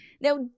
Now